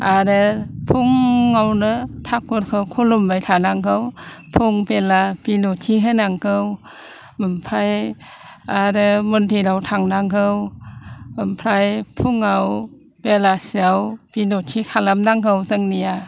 आरो फुङावनो थाखुरखौ खुलुमबाय थानांगौ फुं बेला बिनथि होनांगौ ओमफाय आरो मन्दिराव थांनांगौ ओमफ्राय फुङाव बेसालियाव बिनथि खालाम नांगौ जोंनिया